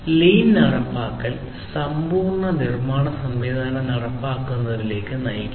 lean നടപ്പാക്കൽ സമ്പൂർണ്ണ നിർമ്മാണ സംവിധാനം നടപ്പിലാക്കുന്നതിലേക്ക് നയിക്കുന്നു